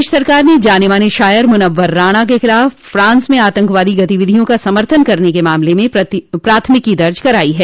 प्रदेश सरकार ने जाने माने शायर मुनव्वर राणा के खिलाफ फ्रांस में आतंकवादी गतिविधियों का समर्थन करने के मामले में प्राथमिकी दर्ज की है